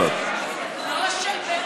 לא להעלות?